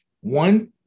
One